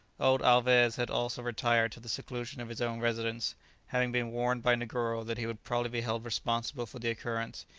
old alvez had also retired to the seclusion of his own residence having been warned by negoro that he would probably be held responsible for the occurrence,